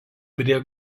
prie